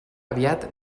aviat